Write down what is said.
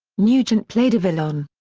nugent played a villain.